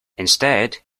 instead